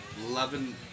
loving